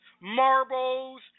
marbles